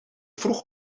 vroeg